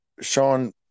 Sean